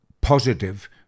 positive